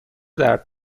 درد